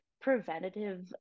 preventative